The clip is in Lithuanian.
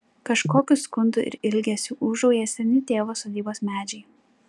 kažkokiu skundu ir ilgesiu ūžauja seni tėvo sodybos medžiai